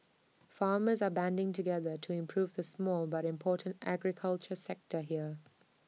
farmers are banding together to improve the small but important agriculture sector here